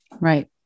Right